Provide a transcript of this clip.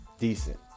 decent